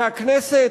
מהכנסת,